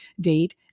date